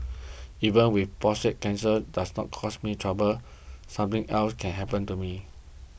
even if prostate cancer does not cause me trouble something else can happen to me